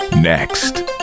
Next